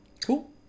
Cool